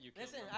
Listen